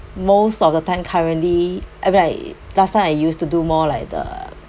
most of the time currently I mean I last time I used to do more like the